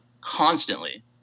constantly